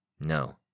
No